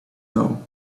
know